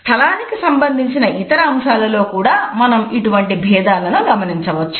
స్థలానికి సంబంధించిన ఇతర అంశాలలో కూడా మనం ఇటువంటి భేదాలను గమనించవచ్చు